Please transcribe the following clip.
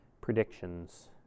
predictions